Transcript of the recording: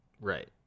Right